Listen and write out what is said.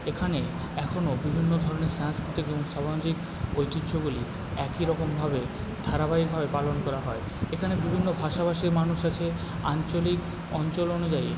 এখানে এখনও বিভিন্ন ধরনের সাংস্কৃতিক এবং সামাজিক ঐতিহ্যগুলি একইরকমভাবে ধারাবাহিকভাবে পালন করা হয় এখানে বিভিন্ন ভাষা ভাষির মানুষ আছে আঞ্চলিক অঞ্চল অনুযায়ী